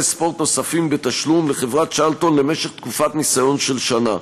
ספורט נוספים בתשלום לחברת "צ'רלטון" למשך תקופת ניסיון של שנה.